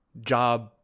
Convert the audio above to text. job